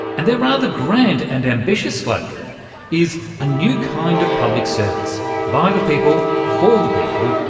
and their rather grand and ambitious slogan is a new kind of public service by the people, for the people,